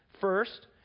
First